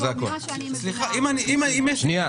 אם יש שאלות